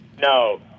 No